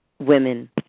women